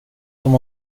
som